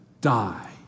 die